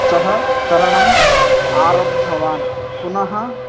सः तरणम् आरब्धवान् पुनः